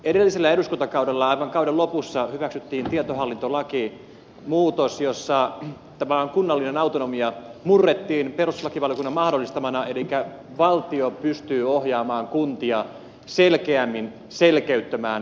edellisellä eduskuntakaudella aivan kauden lopussa hyväksyttiin tietohallintolakiin muutos jossa tämä kunnallinen autonomia murrettiin perustuslakivaliokunnan mahdollistamana elikkä valtio pystyy ohjaamaan kuntia selkeämmin selkeyttämään omia tietohallintojärjestelmiään